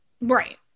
Right